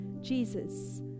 Jesus